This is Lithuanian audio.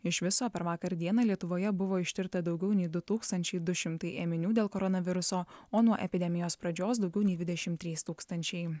iš viso per vakar dieną lietuvoje buvo ištirta daugiau nei du tūkstančiai du šimtai ėminių dėl koronaviruso o nuo epidemijos pradžios daugiau nei dvidešim trys tūkstančiai